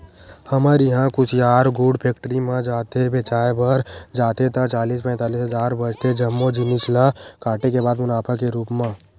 हमर इहां कुसियार गुड़ फेक्टरी म जाथे बेंचाय बर जाथे ता चालीस पैतालिस हजार बचथे जम्मो जिनिस ल काटे के बाद मुनाफा के रुप म